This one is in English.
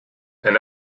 and